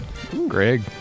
Greg